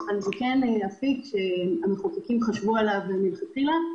אבל זה כן אפיק שהמחוקקים חשבו עליו מלכתחילה,